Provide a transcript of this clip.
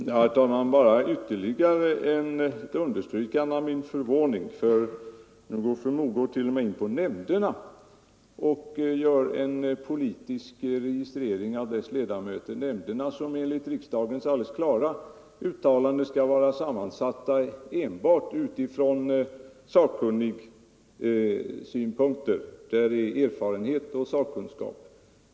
Herr talman! Bara ytterligare ett understrykande av min stora förvåning, eftersom fru Mogård nu t.o.m. går in på nämnderna och gör en politisk registrering av deras ledamöter. Nämnderna skall ju enligt riksdagens alldeles klara uttalande vara sammansatta enbart från sakkunnigsynpunkter, dvs. med hänsyn till erfarenhet och sakkunskap.